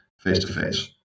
face-to-face